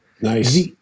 Nice